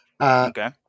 Okay